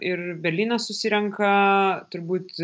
ir berlyne susirenka turbūt